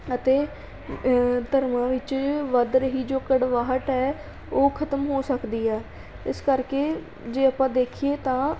ਅਤੇ ਧਰਮਾਂ ਵਿੱਚ ਵੱਧ ਰਹੀ ਜੋ ਕੜਵਾਹਟ ਹੈ ਉਹ ਖ਼ਤਮ ਹੋ ਸਕਦੀ ਹੈ ਇਸ ਕਰਕੇ ਜੇ ਆਪਾਂ ਦੇਖੀਏ ਤਾਂ